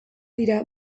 dira